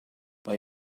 mae